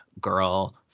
Girl